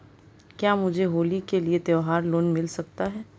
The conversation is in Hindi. क्या मुझे होली के लिए त्यौहार लोंन मिल सकता है?